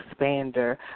expander